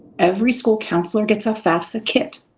every school counselor gets a fafsa kit.